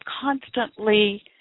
constantly